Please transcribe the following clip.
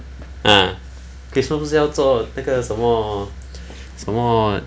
ah christmas 不是要做那个什么什么